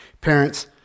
Parents